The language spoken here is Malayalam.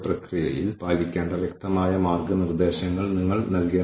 പക്ഷേ ആപ്ലിക്കേഷൻ എവിടെയാണെന്ന് അറിയാത്ത വിധം സുരക്ഷിതമാണ് ഈ സംവിധാനം